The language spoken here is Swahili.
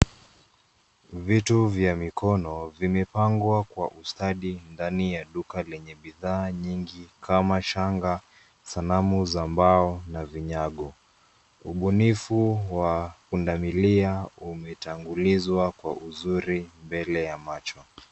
Vitu vya mikono vimepangwa kwa ustadi ndani ya duka lenye bidhaa nyingi kama shanga, sanamu za mbao na vinyago. Ubunifu wa punda milia umetangulizwa kwa uzuri mbele ya macho.